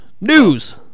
news